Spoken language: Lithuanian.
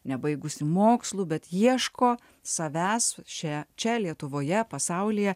nebaigusi mokslų bet ieško savęs čia čia lietuvoje pasaulyje